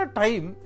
time